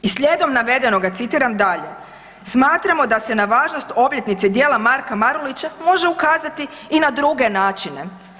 I slijedom navedenoga citiram dalje: „Smatramo da se na važnost obljetnice djela Marka Marulića može ukazati i na druge načine“